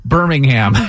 Birmingham